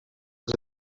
els